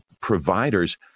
providers